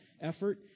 effort